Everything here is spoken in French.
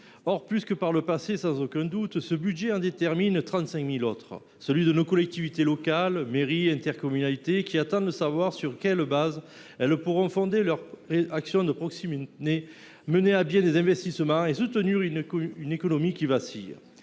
Or, plus que par le passé, sans aucun doute, ce budget en détermine 35 000 autres : celui de nos collectivités locales, mairies et intercommunalités, qui attendent de savoir sur quelles bases elles pourront fonder leurs actions de proximité, mener à bien des investissements et soutenir une économie qui vacille.